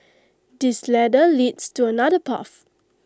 this ladder leads to another path